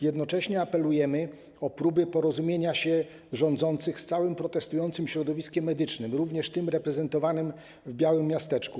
Jednocześnie apelujemy o próby porozumienia się rządzących z całym protestującym środowiskiem medycznym, również tym reprezentowanym w białym miasteczku.